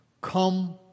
come